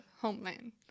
homeland